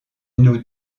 nous